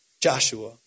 Joshua